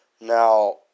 Now